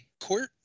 court